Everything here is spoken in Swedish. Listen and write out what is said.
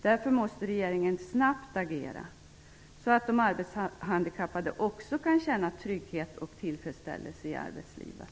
Därför måste regeringen snabbt agera så att de arbetshandikappade också kan känna trygghet och tillfredsställelse i arbetslivet.